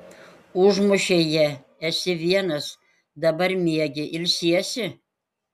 užmušei ją esi vienas dabar miegi ilsiesi